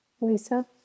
Lisa